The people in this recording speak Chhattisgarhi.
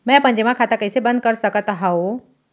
मै अपन जेमा खाता कइसे बन्द कर सकत हओं?